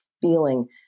feeling